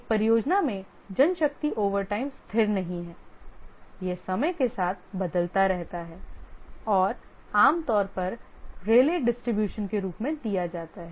एक परियोजना में जनशक्ति ओवरटाइम स्थिर नहीं है यह समय के साथ बदलता रहता है और आमतौर पर रेले डिस्ट्रीब्यूशन के रूप में दिया जाता है